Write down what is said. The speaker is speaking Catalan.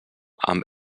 amb